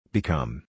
Become